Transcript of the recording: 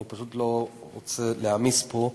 אני פשוט לא רוצה להעמיס פה.